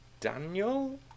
Daniel